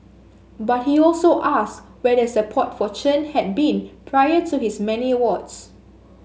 but he also asks where the support for Chen had been prior to his many awards